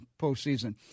postseason